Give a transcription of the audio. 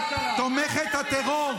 תומכת הטרור.